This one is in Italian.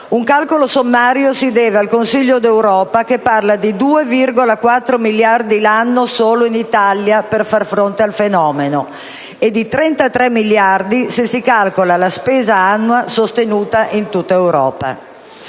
Un calcolo sommario si deve al Consiglio d'Europa, che parla di 2,4 miliardi l'anno solo in Italia per far fronte al fenomeno e di 33 miliardi se si calcola la spesa annua sostenuta in tutto